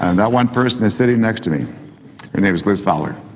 and that one person is sitting next to me, her name is liz fowler.